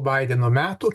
baideno metų